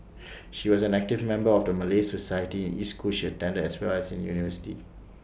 she was an active member of the Malay society in each school she attended as well as in university